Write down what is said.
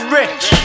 rich